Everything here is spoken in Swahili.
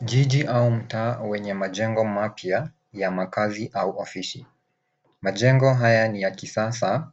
Jiji au mtaa wenye majengo mapya ya makazi au ofisi. Majengo haya ni ya kisasa